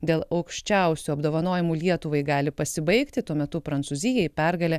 dėl aukščiausių apdovanojimų lietuvai gali pasibaigti tuo metu prancūzijai pergalė